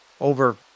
over